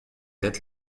êtes